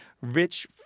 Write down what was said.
rich